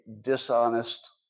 dishonest